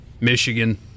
Michigan